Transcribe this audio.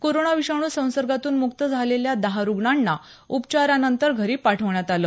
corona विषाणू संसर्गातून मुक्त झालेल्या दहा रुग्णांना यशस्वी उपचारानंतर घरी पाठवण्यात आलं